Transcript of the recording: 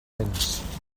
béns